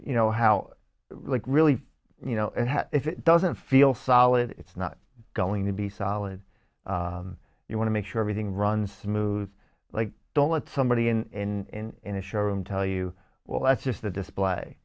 you know how like really you know if it doesn't feel solid it's not going to be solid you want to make sure everything runs smooth like don't let somebody in in a showroom tell you well that's just the display